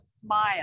smile